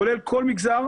כולל כל מגזר,